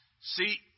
See